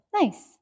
nice